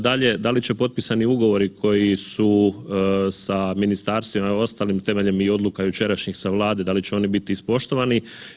Dalje, da li će potpisani ugovori koji su sa ministarstvima i ostalim temeljem i odluka jučerašnjih sa Vlade da li će oni biti ispoštovani?